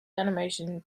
animation